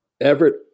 Everett